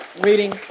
reading